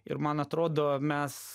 ir man atrodo mes